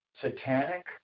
satanic